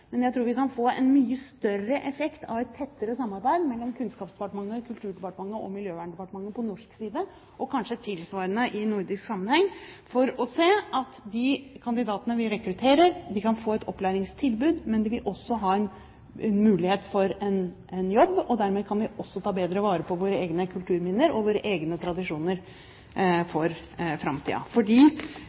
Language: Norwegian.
men jeg tror vi kan få en mye større effekt av et tettere samarbeid mellom Kunnskapsdepartementet, Kulturdepartementet og Miljøverndepartementet på norsk side, og kanskje tilsvarende i nordisk sammenheng, for å se til at de kandidatene vi rekrutterer, kan få et opplæringstilbud, men de vil også ha mulighet for å få en jobb. Dermed kan vi også ta bedre vare på våre egne kulturminner og våre egne tradisjoner for